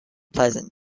pleasant